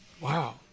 Wow